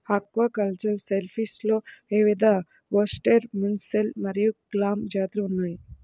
aquacultured షెల్ఫిష్లో వివిధఓస్టెర్, mussel మరియు క్లామ్ జాతులు ఉన్నాయి